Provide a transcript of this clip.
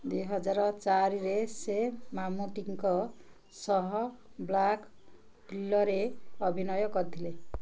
ଦୁଇ ହଜାର ଚାରିରେ ସେ ମାମ୍ମୁଟ୍ଟିଙ୍କ ସହ ବ୍ଲାକ୍ ଫିଲରେ ଅଭିନୟ କରିଥିଲେ